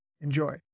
Enjoy